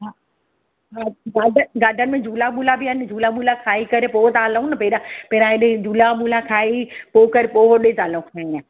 हा garden garden में झूला ॿूला बि आइन झूला ॿूला खाई करे पो ता हलऊं न पैंरा पैंरा झूला ॿूला खाई पो कर पो होॾे ता हलऊं इअं